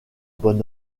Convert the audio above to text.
bon